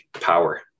power